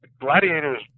Gladiators